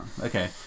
Okay